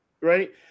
right